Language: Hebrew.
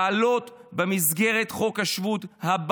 לעלות הביתה במסגרת חוק השבות.